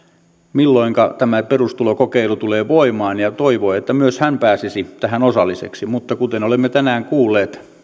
milloinka tämä perustulokokeilu tulee voimaan ja toivoi että myös hän pääsisi tähän osalliseksi mutta kuten olemme tänään kuulleet